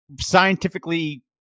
scientifically